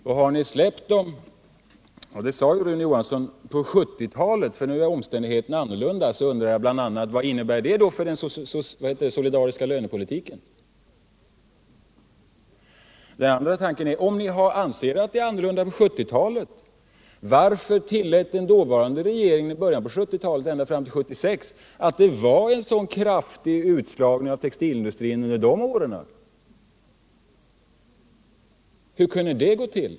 Rune Johansson sade ju bl.a. att på 1970-talet är omständigheterna annorlunda. Vad innebär det för den solidariska lönepolitiken? Om ni anser att det är annorlunda på 1970-talet, varför tillät då den socialdemokratiska regeringen att det i början på 1970-talet och ända fram till 1976 var en så kraftig utslagning av tekoindustrin? Hur kunde det få ske?